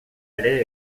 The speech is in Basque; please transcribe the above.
ere